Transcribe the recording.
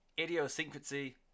Idiosyncrasy